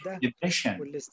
depression